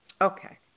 Okay